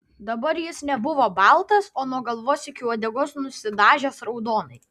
dabar jis nebuvo baltas o nuo galvos iki uodegos nusidažęs raudonai